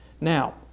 now